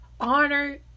honor